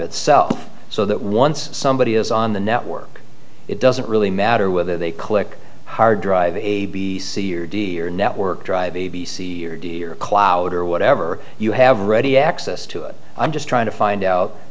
itself so that once somebody is on the network it doesn't really matter whether they click hard drive a b c or d or network drive a b c or d or cloud or whatever you have ready access to it i'm just trying to find out